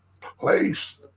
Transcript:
place